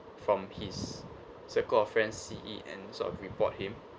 from his circle of friends see it and sort of report him